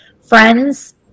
friends